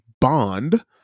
Bond